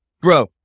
bro